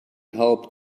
helped